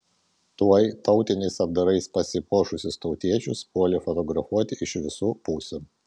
tuoj tautiniais apdarais pasipuošusius tautiečius puolė fotografuoti iš visų pusių